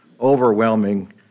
overwhelming